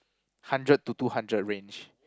hundred to two hundred range